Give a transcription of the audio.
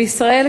בישראל,